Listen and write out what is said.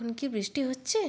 এখন কি বৃষ্টি হচ্ছে